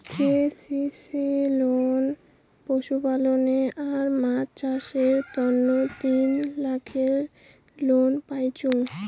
KCC loan পশুপালনে আর মাছ চাষের তন্ন তিন লাখের লোন পাইচুঙ